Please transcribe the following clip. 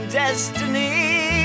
destiny